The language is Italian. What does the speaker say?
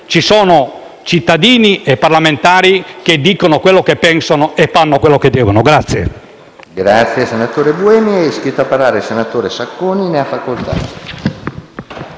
Ci sono cittadini e parlamentari che dicono quello che pensano e fanno quello che devono.